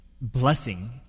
blessing